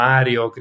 Mario